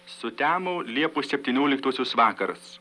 sutemo liepos septynioliktosios vakaras